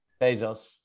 bezos